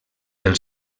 del